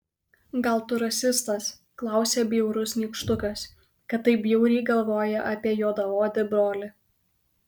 gal tu rasistas klausia bjaurus nykštukas kad taip bjauriai galvoji apie juodaodį brolį